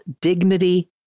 Dignity